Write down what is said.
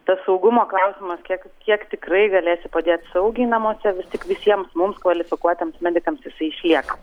tas saugumo klausimas kiek kiek tikrai galėsi padėt saugiai namuose vis tik visiem mums kvalifikuotiems medikams jisai išlieka